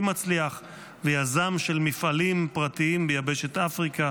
מצליח ויזם של מפעלים פרטיים ביבשת אפריקה.